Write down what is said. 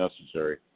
necessary